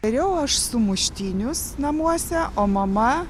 dariau aš sumuštinius namuose o mama